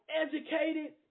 educated